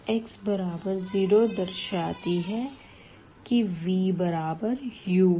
x बराबर 0 दर्शाता है कि v बराबर u है